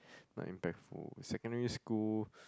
not impactful secondary school